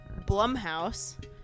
Blumhouse